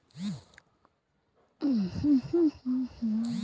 क्षारग्रस्त माती आणि उशिरा पेरणीसाठी गव्हाच्या बियाण्यांचा दर किती?